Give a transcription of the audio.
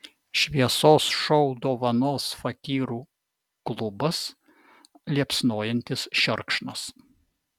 šviesos šou dovanos fakyrų klubas liepsnojantis šerkšnas